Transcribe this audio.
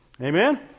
Amen